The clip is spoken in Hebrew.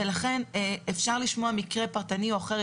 לכן אפשר לשמוע מקרה פרטני או אחר,